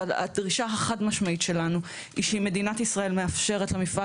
אבל הדרישה החד-משמעית שלנו היא שמדינת ישראל מאפשרת למפעל